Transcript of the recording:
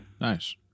Nice